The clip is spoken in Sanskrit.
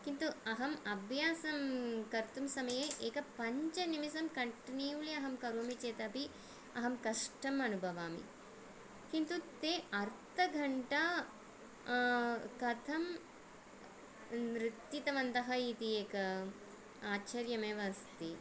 किन्तु अहम् अभ्यासं कर्तुं समये एकं पञ्चनिमेषं कण्टिन्यूलि अहं करोमि चेतपि अहं कष्टम् अनुभवामि किन्तु ते अर्धघण्टा कथं नृत्तितवन्तः इति एकं आश्चर्यमेव अस्ति